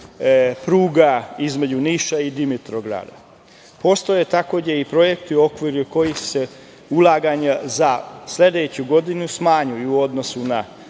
pruga između Niša i Dimitrovgrada. Takođe, postoje i projekti u okviru kojih se ulaganja za sledeću godinu smanjuju u odnosu na